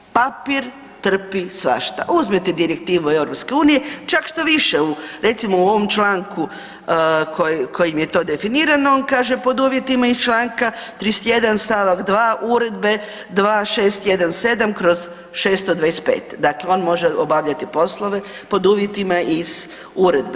Papir trpi svašta, uzmete direktivu EU čak štoviše recimo u ovom članku kojim je to definirano on kaže pod uvjetima iz Članka 31. stavak 2. Uredbe 2617/625, dakle on može obavljati poslove pod uvjetima iz uredbe.